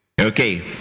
Okay